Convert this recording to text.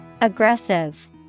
Aggressive